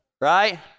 right